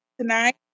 tonight